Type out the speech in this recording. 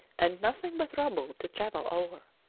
and nothing but rubble to travel over.